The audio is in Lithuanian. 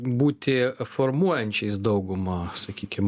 būti formuojančiais daugumą sakykim